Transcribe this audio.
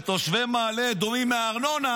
ותושבי מעלה אדומים מהארנונה,